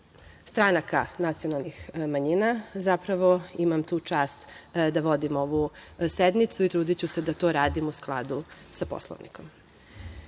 stranaka nacionalnih manjina, zapravo imam tu čast da vodim ovu sednicu i trudiću se da to radim u skladu sa Poslovnikom. Posle